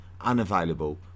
unavailable